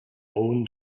own